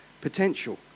potential